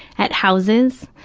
at houses,